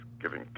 giving